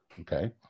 okay